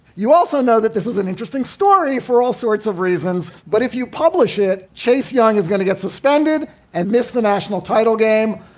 you also know that this is an interesting story for all sorts of reasons. but if you publish it. chase young is going to get suspended and miss the national title game.